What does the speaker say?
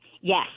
Yes